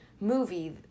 movie